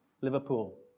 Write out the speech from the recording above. Liverpool